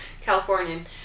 Californian